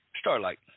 Starlight